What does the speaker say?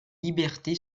liberté